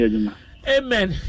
Amen